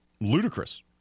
ludicrous